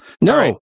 No